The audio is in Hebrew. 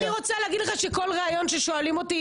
אני רוצה להגיד לך שכל ראיון ששואלים אותי,